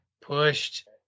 pushed